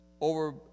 Over